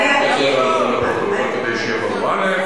אחזור לפרוטוקול כדי שיהיה ברור: א.